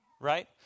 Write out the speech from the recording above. Right